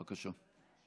בבקשה.